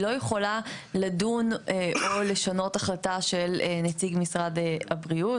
היא לא יכולה לדון או לשנות החלטה של נציג משרד הבריאות,